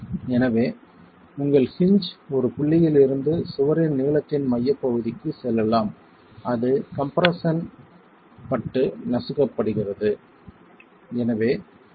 எனவே உங்கள் ஹின்ஜ் ஒரு புள்ளியில் இருந்து சுவரின் நீளத்தின் மையப்பகுதிக்கு செல்லலாம் அது கம்ப்ரெஸ்ஸன் ப்பட்டு நசுக்கப்படுகிறது சரி